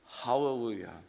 Hallelujah